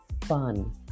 fun